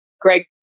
Greg